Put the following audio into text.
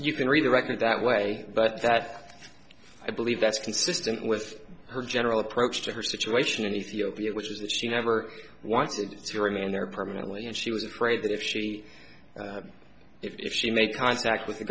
you can redirect it that way but that i believe that's consistent with her general approach to her situation in ethiopia which is that she never wanted to remain there permanently and she was afraid that if she if she made contact